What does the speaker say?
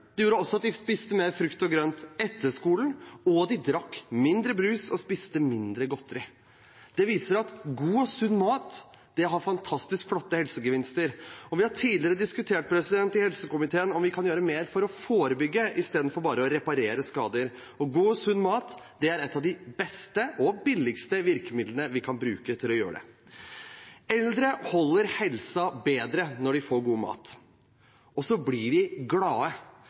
og de drakk mindre brus og spiste mindre godteri. Det viser at god og sunn mat har fantastisk flotte helsegevinster. Vi har i helsekomiteen tidligere diskutert om vi kan gjøre mer for å forebygge i stedet for bare å reparere skader. God og sunn mat er et av de beste og billigste virkemidlene vi kan bruke for å gjøre det. Eldre holder helsa bedre når de får god mat – og så blir de glade.